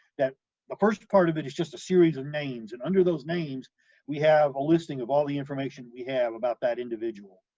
that the first part of it is just a series of names and under those names we have a listing of all the information we have about that individual.